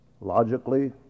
logically